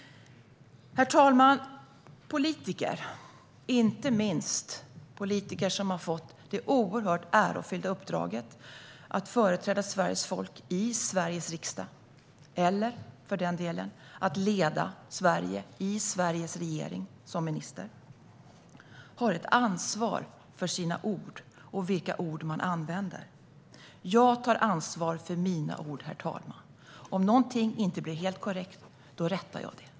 Herr talman! Politiker, inte minst politiker som har fått det oerhört ärofyllda uppdraget att företräda Sveriges folk i Sveriges riksdag eller för den delen att leda Sverige i Sveriges regering som minister, har ett ansvar för sina ord och för vilka ord man använder. Jag tar ansvar för mina ord, herr talman. Om någonting inte blir helt korrekt rättar jag det.